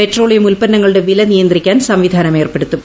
petroleum ഉൽപ്പന്നങ്ങളുടെ വില നിയന്ത്രിക്കാൻ സംവിധാനം ഏർപ്പെടുത്തും